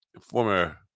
former